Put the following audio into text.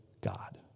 God